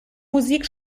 musik